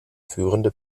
führende